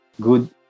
good